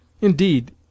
Indeed